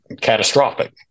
catastrophic